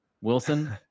Wilson